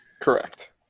Correct